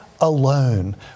alone